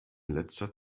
letzter